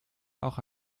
auch